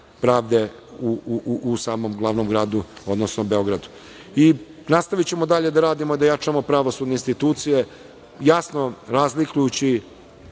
pravde u glavnom gradu, odnosno Beogradu. Nastavićemo dalje da radimo, da jačamo pravosudne institucije, jasno razlikujući